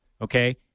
okay